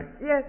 Yes